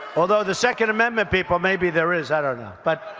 although the second amendment people, maybe there is i don't know. but